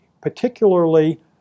particularly